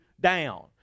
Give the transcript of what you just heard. down